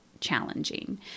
challenging